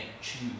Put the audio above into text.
choose